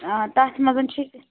آ تَتھ منٛز چھُ